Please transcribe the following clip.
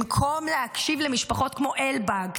במקום להקשיב למשפחות כמו אלבג,